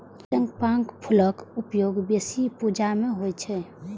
चंपाक फूलक उपयोग बेसी पूजा मे होइ छै